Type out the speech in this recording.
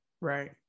right